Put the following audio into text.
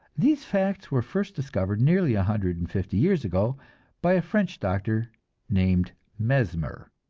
these facts were first discovered nearly a hundred and fifty years ago by a french doctor named mesmer.